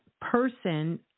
person